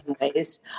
ways